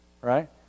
right